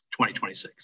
2026